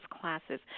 classes